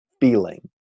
feeling